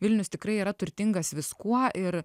vilnius tikrai yra turtingas viskuo ir